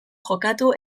jokatu